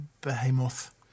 behemoth